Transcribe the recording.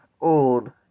old